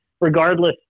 regardless